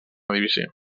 divisió